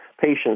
patients